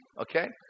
Okay